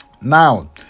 Now